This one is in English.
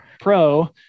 pro